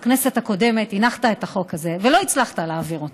בכנסת הקודמת הנחת את החוק הזה ולא הצלחת להעביר אותו.